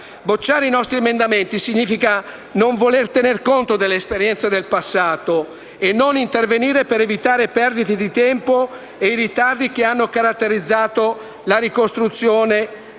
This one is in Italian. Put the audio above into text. Bocciare i nostri emendamenti significa non voler tenere conto dell'esperienza del passato e non intervenire per evitare perdite di tempo e i ritardi che hanno caratterizzato la ricostruzione